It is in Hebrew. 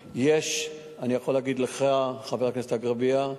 יש המון בעיות.